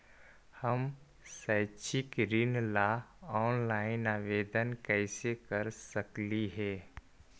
हम शैक्षिक ऋण ला ऑनलाइन आवेदन कैसे कर सकली हे?